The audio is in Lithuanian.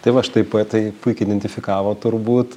tai va štai poetai puikiai identifikavo turbūt